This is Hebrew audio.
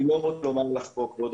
אני לא הולך לומר לך פה, כבוד